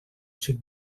xic